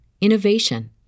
innovation